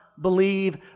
believe